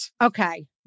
Okay